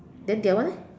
then the other one eh